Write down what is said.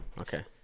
Okay